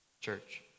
Church